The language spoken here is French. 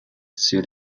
sur